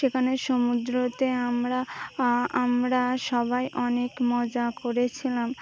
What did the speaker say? সেখানে সমুদ্রতে আমরা আমরা সবাই অনেক মজা করেছিলাম